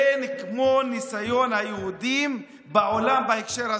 אין כמו ניסיון היהודים בעולם בהקשר הזה,